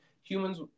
humans